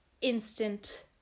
instant